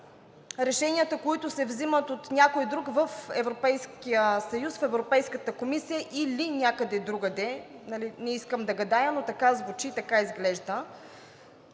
решенията, които се вземат от някой друг в Европейския съюз, в Европейската комисия или някъде другаде – не искам да гадая, но така звучи, така изглежда.